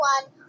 one